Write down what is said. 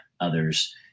others